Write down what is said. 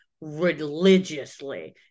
religiously